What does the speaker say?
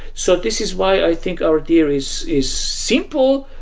so this is why i think our theory is is simple,